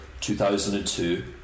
2002